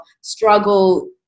struggle